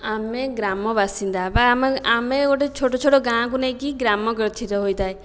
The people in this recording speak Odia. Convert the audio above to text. ଆମେ ଗ୍ରାମ ବାସିନ୍ଦା ବା ଆମେ ଗୋଟିଏ ଛୋଟ ଛୋଟ ଗାଁକୁ ନେଇକି ଗ୍ରାମ ଗଠିତ ହୋଇଥାଏ